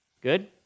Good